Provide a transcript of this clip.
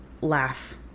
laugh